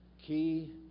Key